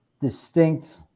distinct